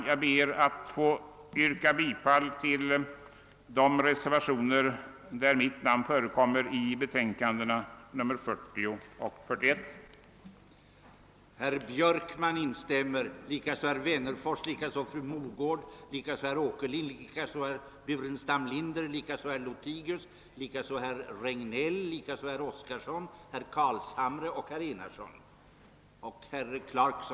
Jag ber att få yrka bifall till de reservationer vid bevillningsutskottets betänkanden nr 40 och 41, under vilka mitt namn förekommer.